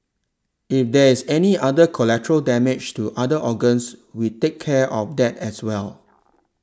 if there is any other collateral damage to other organs we take care of that as well